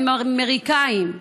הם אמריקאים.